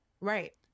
Right